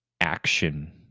action